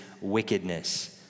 wickedness